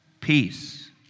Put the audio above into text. peace